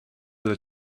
with